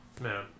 man